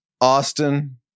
Austin